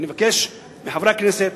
ואני מבקש מחברי הכנסת,